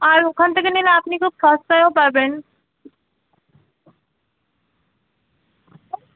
আর ওখান থেকে নিলে আপনি খুব সস্তায়ও পাবেন